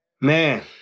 Man